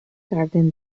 garden